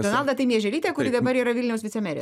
donalda tai meiželytė kuri dabar yra vilniaus vicemerė